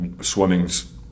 swimming's